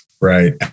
Right